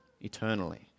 eternally